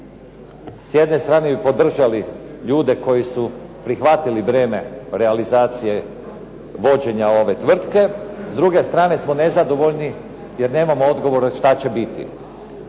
s jedne strane bi podržali ljude koji su prihvatili breme realizacije vođenja ove tvrtke, s druge strane smo nezadovoljni jer nemamo odgovore što će biti.